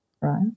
right